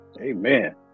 Amen